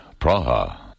Praha